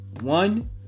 One